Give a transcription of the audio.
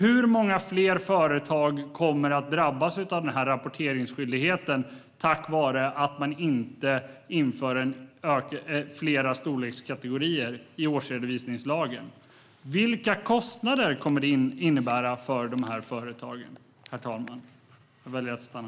Hur många fler företag kommer att drabbas av den här rapporteringsskyldigheten på grund av att man inte inför fler storlekskategorier i årsredovisningslagen? Vilka kostnader kommer det att innebära för de här företagen?